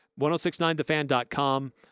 1069thefan.com